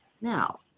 Now